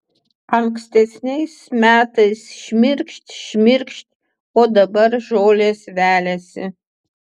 ankstesniais metais šmirkšt šmirkšt o dabar žolės veliasi